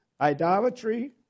idolatry